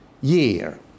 year